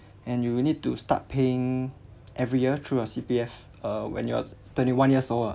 and you will need to start paying every year through your C_P_F uh when you're twenty one years old ah